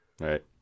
Right